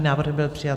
Návrh byl přijat.